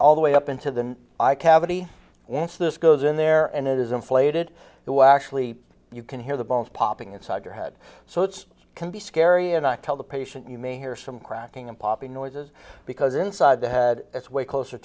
all the way up into the eye cavity this goes in there and it is inflated well actually you can hear the bones popping inside your head so it can be scary and i tell the patient you may hear some cracking and popping noises because inside that had its way closer